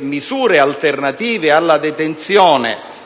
misure alternative alla detenzione,